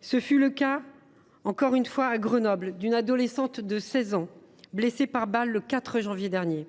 Ce fut le cas encore une fois à Grenoble d’une adolescente de 16 ans blessée par balle le 4 janvier dernier.